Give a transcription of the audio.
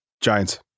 Giants